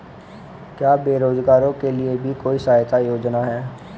क्या बेरोजगारों के लिए भी कोई सहायता योजना है?